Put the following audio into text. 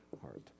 heart